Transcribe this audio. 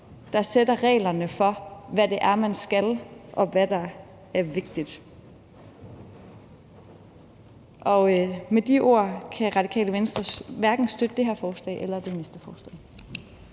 der sætter reglerne for, hvad det er, man skal, og hvad der er vigtigt. Med de ord vil jeg sige, at Radikale Venstre hverken kan støtte det her forslag eller det næste forslag.